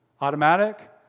automatic